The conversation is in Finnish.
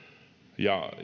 ja